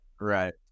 right